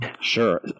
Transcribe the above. Sure